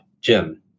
Jim